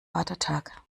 vatertag